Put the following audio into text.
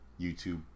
youtube